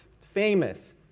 famous